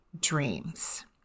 dreams